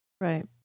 Right